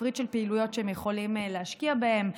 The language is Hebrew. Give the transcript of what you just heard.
תפריט של פעילויות שהם יכולים להשקיע בהן,